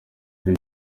bye